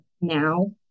now